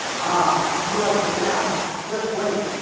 ah, you like it now. just wait,